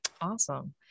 Awesome